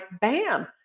bam